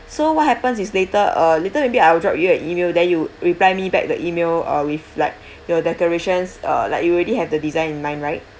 so what happens is later uh later maybe I will drop you a email then you reply me back the email or reflect your decorations uh like you already have the design in mind right